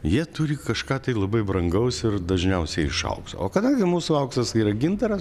jie turi kažką labai brangaus ir dažniausiai iš aukso o kadangi mūsų auksas yra gintaras